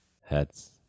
heads